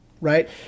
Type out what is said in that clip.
right